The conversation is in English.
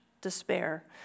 despair